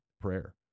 prayer